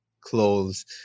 clothes